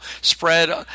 spread